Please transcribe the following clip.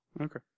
Okay